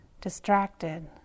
distracted